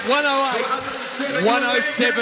108-107